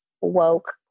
woke